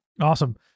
Awesome